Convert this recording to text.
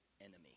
enemy